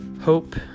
Hope